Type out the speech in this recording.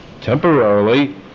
temporarily